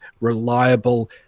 reliable